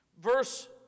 Verse